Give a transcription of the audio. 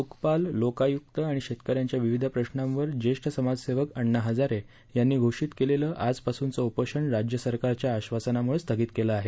लोकपाल लोकायुक्त आणि शेतकऱ्यांच्या विविध प्रश्नांवर ज्येष्ठ समाजसेवक अण्णा हजारे यांनी घोषित केलेलं आजपासूनचं उपोषण राज्य सरकारच्या आश्वासनामुळे स्थगित केलं आहे